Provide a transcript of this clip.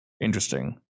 Interesting